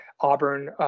Auburn